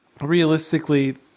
realistically